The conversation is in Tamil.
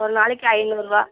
ஒரு நாளைக்கு ஐந்நூறுபா